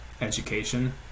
education